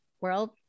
world